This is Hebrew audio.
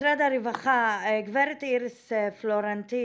משרד הרווחה, גברת איריס פלורנטין,